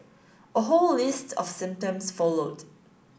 a whole list of symptoms followed